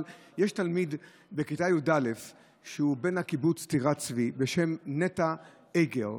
יש תלמיד בכיתה י"א שהוא בן הקיבוץ טירת צבי בשם נטע אגר.